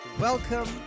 welcome